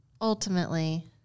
ultimately